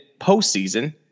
postseason